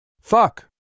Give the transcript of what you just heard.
Fuck